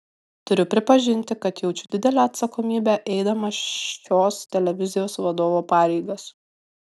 turiu pripažinti kad jaučiu didelę atsakomybę eidamas šios televizijos vadovo pareigas